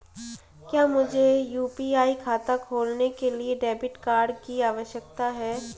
क्या मुझे यू.पी.आई खाता खोलने के लिए डेबिट कार्ड की आवश्यकता है?